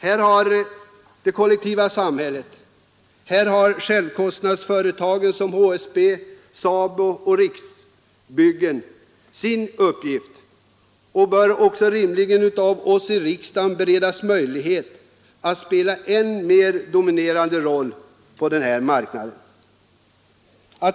Här har samhället och självkostnadsföretagen HSB, SABO och Riksbyggen sin uppgift. De bör också av oss i riksdagen beredas möjligheter att spela en än mer dominerande roll på denna marknad.